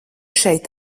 šeit